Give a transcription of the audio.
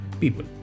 people